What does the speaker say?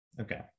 Okay